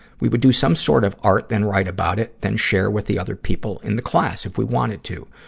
we would do some sort of art, then write about it, then share with the other people in the class if we wanted to.